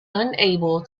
unable